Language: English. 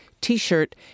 T-shirt